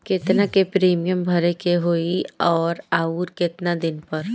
केतना के प्रीमियम भरे के होई और आऊर केतना दिन पर?